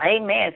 Amen